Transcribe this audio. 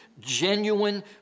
genuine